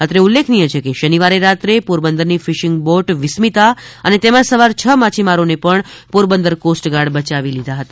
અત્રે ઉલ્લેખનીય છે કે શનિવારે રાત્રે પોરબંદરની ફિશિંગ બોટ વિસ્મિતા અને તેમાં સવાર છ માછીમારોને પણ પોરબંદર કોસ્ટગાર્ડ બચાવી લીધા હતા